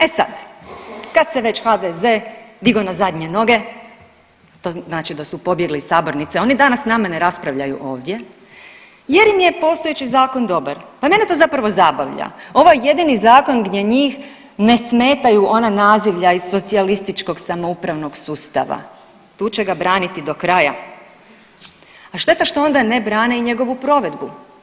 E sad, kad se već HDZ digao na zadnje noge to znači da su pobjegli iz sabornice, oni danas s nama ne raspravljaju ovdje jer im je postojeći zakon dobar, pa mene to zapravo zabavlja, ovo je jedini zakon gdje njih ne smetaju ona nazivlja iz socijalističkog samoupravnog sustava, tu će ga braniti do kraja, a šteta što onda ne brane i njegovu provedbu.